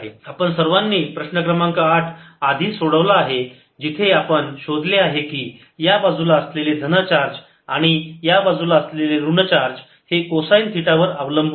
आपण सर्वांनी प्रश्न क्रमांक आठ अधिक सोडवला आहे जिथे आपण शोधले की या बाजूला असलेले धन चार्ज आणि या बाजूला असलेले ऋण चार्ज जे कोसाईन थिटा वर अवलंबून आहे